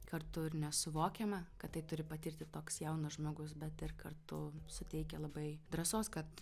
kartu ir nesuvokiama kad tai turi patirti toks jaunas žmogus bet ir kartu suteikia labai drąsos kad